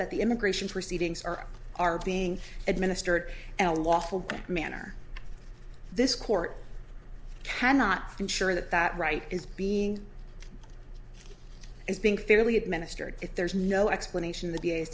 that the immigration proceedings are are being administered and a lawful manner this court cannot ensure that that right is being is being fairly administered if there is no explanation the